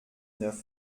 neuf